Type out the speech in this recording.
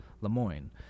LeMoyne